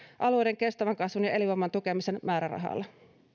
alueiden kestävän kasvun ja elinvoiman tukemisen määrärahalla